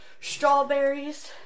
strawberries